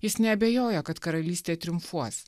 jis neabejoja kad karalystė triumfuos